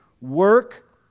work